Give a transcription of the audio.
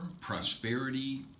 Prosperity